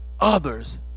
others